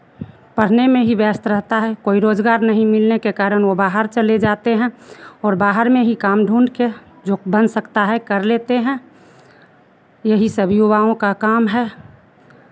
पढ़ने में ही व्यस्त रहता है कोई रोज़गार नहीं मिलने के कारण वो बाहर चले जाते हैं और बाहर में ही काम ढूंढ के जो बन सकता है कर लेते हैं यही सब युवाओं का काम है